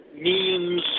memes